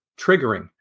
triggering